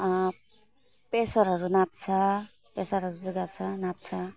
प्रेसरहरू नाप्छ प्रेसरहरू जोखाउँछ नाप्छ